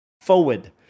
Forward